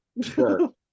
Sure